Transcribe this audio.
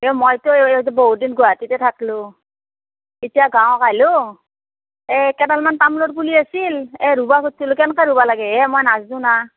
এই মইতো বহুত দিন গুৱাহাটীতে থাকিলোঁ এতিয়া গাঁৱত আহিলোঁ এই কেইডালমান তামোলৰ পুলি আছিল এই ৰুব খুজিছিলোঁ কেনেকৈ ৰুব লাগে এই মই নাজানো না